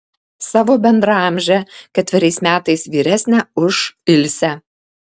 savo bendraamžę ketveriais metais vyresnę už ilsę